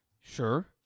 Sure